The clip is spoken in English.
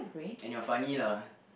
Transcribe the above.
and you're funny lah